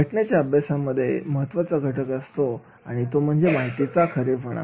घटनांची अभ्यासामध्ये महत्वाचा घटक असतो आणि तो म्हणजे माहितीचा खरेपणा